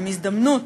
הם הזדמנות,